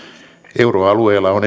euroalueella on